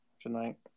tonight